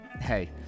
hey